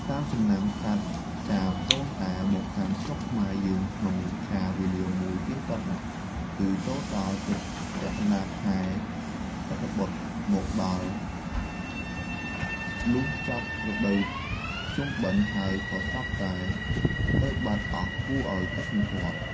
តាមចំណាំ សត្វចាបដូនតាមកកាន់ស្រុកខ្មែរយើងក្នុងកាលវេលាមួយទៀងទាត់ណាស់ គឺចូលដល់ជិតពាក់កណ្ដាលខែភទ្របទមកដល់ លុះចប់រដូវភ្ជុំបិណ្ឌហើយក៏ស្រាប់តែទៅបាត់អស់គួរឱ្យកត់សម្គាល់។